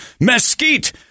mesquite